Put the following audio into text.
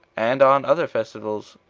and on other festivals.